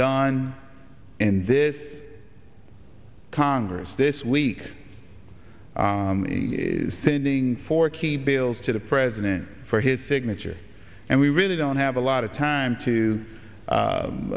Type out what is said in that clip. done in this congress this week sending four key bills to the president for his signature and we really don't have a lot of time to